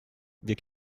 wir